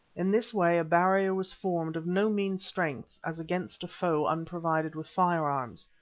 in this way a barrier was formed of no mean strength as against a foe unprovided with firearms,